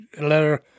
letter